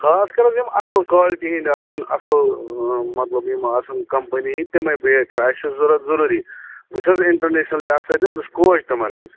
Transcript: خاص کر حظ یِم اَصٕل کالٹی ہِنٛدۍ آسَن اَصٕل مطلب یِم آسن کمپنی ہِنٛدۍ تِمَے بیٹ چھِ اَسہِ چھِ ضوٚرَتھ ضُروٗری بہٕ چھُس حظ انٹرنیشنٔلی اَتھ سۭتۍ حظ بہٕ چھُس کوچ تِمَن حظ